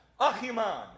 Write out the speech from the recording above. Achiman